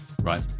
Right